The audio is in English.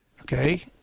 Okay